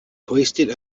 hoisted